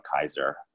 Kaiser